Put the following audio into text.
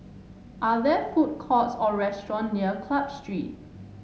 are there food courts or restaurant near Club Street